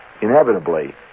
inevitably